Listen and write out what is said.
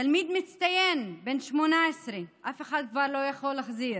תלמיד מצטיין בן 18, אף אחד כבר לא יכול להחזיר.